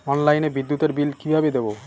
অনলাইনে বিদ্যুতের বিল কিভাবে দেব?